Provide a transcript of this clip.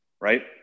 right